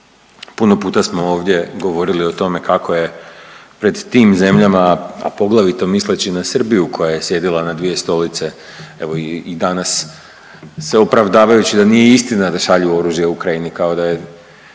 Puno puta smo ovdje govorili o tome kako je pred tim zemljama, a poglavito misleći na Srbiju koja je sjedila na dvije stolice. Evo i danas se opravdavajući da nije istina da šalju oružje Ukrajini kao da je